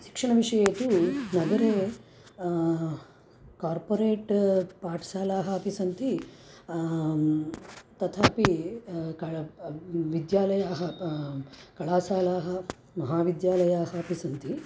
शिक्षणविषये तु नगरे कार्पोरेट् पाठशालाः अपि सन्ति तथापि कळप् व् विद्यालयाः कलाशालाः महाविद्यालयाः अपि सन्ति